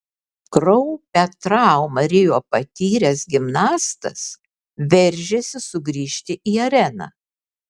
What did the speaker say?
kraupią traumą rio patyręs gimnastas veržiasi sugrįžti į areną